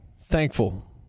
Thankful